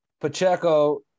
Pacheco